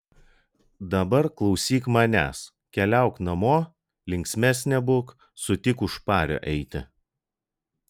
dabar klausyk manęs keliauk namo linksmesnė būk sutik už pario eiti